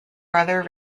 brother